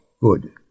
good